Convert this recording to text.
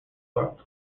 world